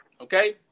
Okay